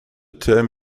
term